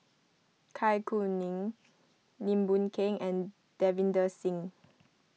Kai Kuning Lim Boon Keng and Davinder Singh